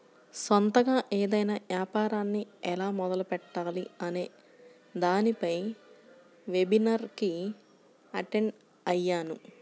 సొంతగా ఏదైనా యాపారాన్ని ఎలా మొదలుపెట్టాలి అనే దానిపై వెబినార్ కి అటెండ్ అయ్యాను